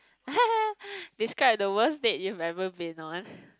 describe the worst date you've ever been on